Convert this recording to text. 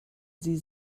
sie